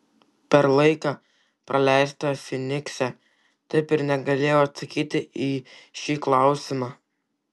per laiką praleistą fynikse taip ir negalėjau atsakyti į šį klausimą